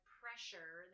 pressure